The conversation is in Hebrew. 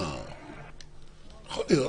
יכול להיות.